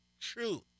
Truth